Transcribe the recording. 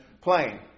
plane